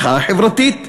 מחאה חברתית.